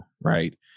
right